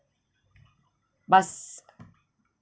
must